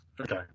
Okay